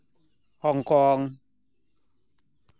Hong Kong